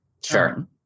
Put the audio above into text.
Sure